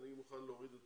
אני מוכן להוריד את